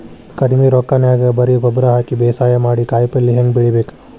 ಕಡಿಮಿ ರೊಕ್ಕನ್ಯಾಗ ಬರೇ ಗೊಬ್ಬರ ಹಾಕಿ ಬೇಸಾಯ ಮಾಡಿ, ಕಾಯಿಪಲ್ಯ ಹ್ಯಾಂಗ್ ಬೆಳಿಬೇಕ್?